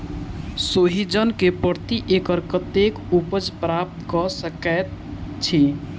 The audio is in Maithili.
सोहिजन केँ प्रति एकड़ कतेक उपज प्राप्त कऽ सकै छी?